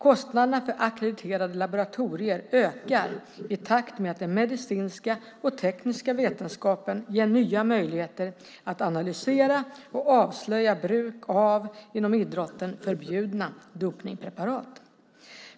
Kostnaderna för ackrediterade laboratorier ökar i takt med att den medicinska och tekniska vetenskapen ger nya möjligheter att analysera och avslöja bruk av inom idrotten förbjudna dopningspreparat.